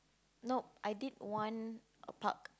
nope I did one a park